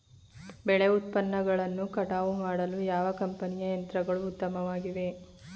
ಬೆಳೆ ಉತ್ಪನ್ನಗಳನ್ನು ಕಟಾವು ಮಾಡಲು ಯಾವ ಕಂಪನಿಯ ಯಂತ್ರಗಳು ಉತ್ತಮವಾಗಿವೆ?